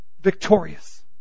victorious